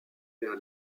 vers